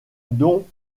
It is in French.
dont